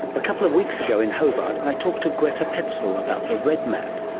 a couple of weeks ago in hobart i talked to gretta pecl about the redmap,